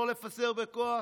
לא לפזר בכוח.